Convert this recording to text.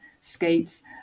skates